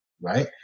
Right